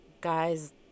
guys